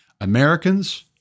Americans